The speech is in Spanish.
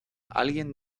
alguien